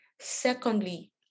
Secondly